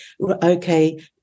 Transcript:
okay